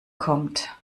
kommt